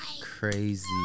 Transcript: Crazy